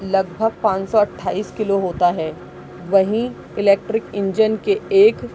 لگ بھگ پان سو اٹھائیس کلو ہوتا ہے وہیں الیکٹرک انجن کے ایک